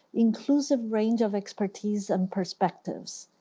inclusive range of expertise and perspectives.